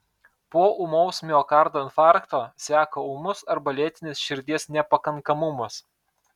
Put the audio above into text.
po ūmaus miokardo infarkto seka ūmus arba lėtinis širdies nepakankamumas